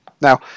Now